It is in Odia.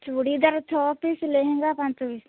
ଚୁଡ଼ିଦାର ଛଅ ପିସ୍ ଲେହେଙ୍ଗା ପାଞ୍ଚ ପିସ୍